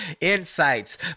insights